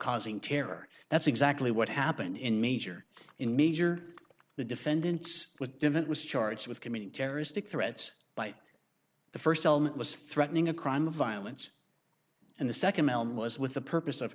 causing terror that's exactly what happened in major in major the defendants was different was charged with committing terrorist acts threats by the first element was threatening a crime of violence and the second melman was with the purpose of